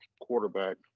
quarterback